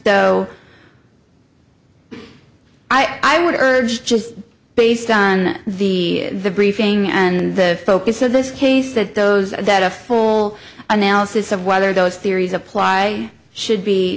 so i would urge just based on the briefing and the focus of this case that those that a full analysis of whether those theories apply should be